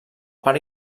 part